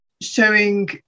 showing